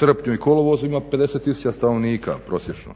srpnju i kolovozu ima 50 000 stanovnika prosječno.